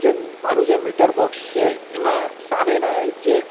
જે મારું જે મીટર બોક્સ છે એમાં સામેના જે